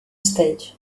stage